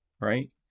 right